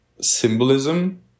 symbolism